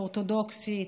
האורתודוקסית,